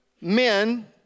men